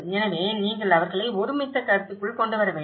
எனவே நீங்கள் அவர்களை ஒருமித்த கருத்துக்குள் கொண்டுவர வேண்டும்